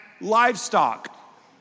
livestock